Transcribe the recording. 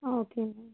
ஆ ஓகேங்க